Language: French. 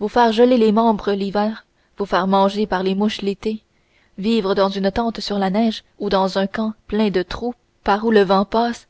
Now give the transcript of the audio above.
vous faire geler les membres l'hiver vous faire manger par les mouches l'été vivre dans une tente sur la neige ou dans un camp plein de trous par où le vent passe